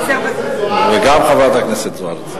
וגם חברת הכנסת זוארץ.